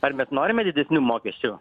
ar mes norime didesnių mokesčių